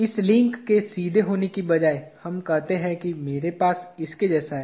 इस लिंक के सीधे होने के बजाय हम कहते हैं कि मेरे पास इसके जैसा है